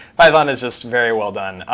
python is just very well done.